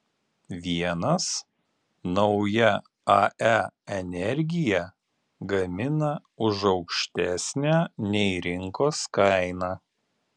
vienas nauja ae energiją gamina už aukštesnę nei rinkos kaina